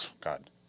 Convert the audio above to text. God